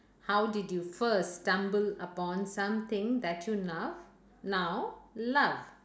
how did you first stumbled upon something that you love now love